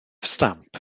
stamp